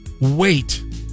wait